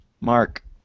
Mark